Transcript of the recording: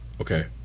Okay